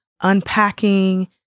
unpacking